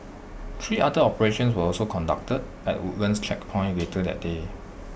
three other operations were also conducted at the Woodlands checkpoint later that day